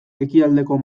ekialdeko